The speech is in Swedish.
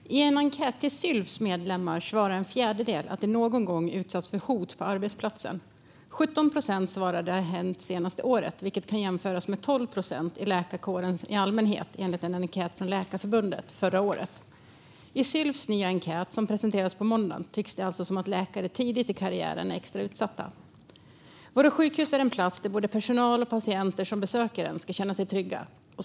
Fru talman! I en enkät bland Sylfs medlemmar svarade en fjärdedel att de någon gång utsatts för hot på arbetsplatsen. Vidare svarade 17 procent att det har hänt det senaste året, vilket kan jämföras med 12 procent i läkarkåren som helhet, enligt en enkät från Läkarförbundet förra året. I Sylfs nya enkät tycks det alltså som att läkare tidigt i karriären är extra utsatta. Våra sjukhus är en plats där både personal och patienter ska känna sig trygga.